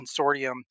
consortium